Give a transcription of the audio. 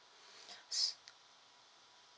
so